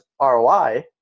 ROI